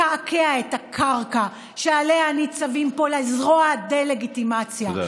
לקעקע את הקרקע שעליה ניצבים פה ולזרוע דה-לגיטימציה,